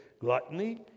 Gluttony